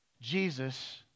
Jesus